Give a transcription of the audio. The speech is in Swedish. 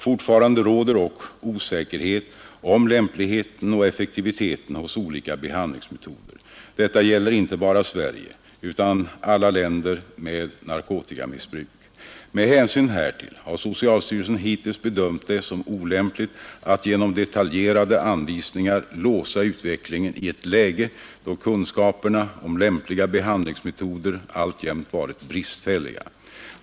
Fortfarande råder dock osäkerhet om lämpligheten och effektiviteten hos olika behandlingsmetoder. Detta gäller inte bara Sverige utan alla länder med narkotikamissbruk. Med hänsyn härtill har socialstyrelsen hittills bedömt det som olämpligt att genom detaljerade anvisningar låsa utvecklingen i ett läge, då kunskaperna om lämpliga behandlingsmetoder alltjämt varit bristfälliga.